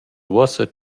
uossa